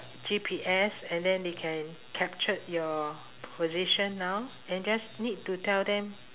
G_P_S and then they can captured your position now and just need to tell them